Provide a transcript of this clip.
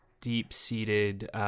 deep-seated